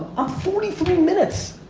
ah forty four minutes.